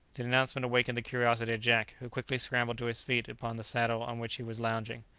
the announcement awakened the curiosity of jack, who quickly scrambled to his feet upon the saddle on which he was lounging.